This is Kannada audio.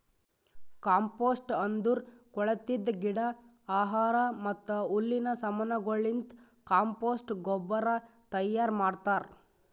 ಕಾಂಪೋಸ್ಟ್ ಅಂದುರ್ ಕೊಳತಿದ್ ಗಿಡ, ಆಹಾರ ಮತ್ತ ಹುಲ್ಲಿನ ಸಮಾನಗೊಳಲಿಂತ್ ಕಾಂಪೋಸ್ಟ್ ಗೊಬ್ಬರ ತೈಯಾರ್ ಮಾಡ್ತಾರ್